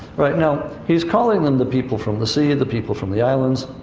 right, now, he's calling them the people from the sea, and the people from the islands.